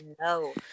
no